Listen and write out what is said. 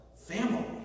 family